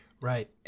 right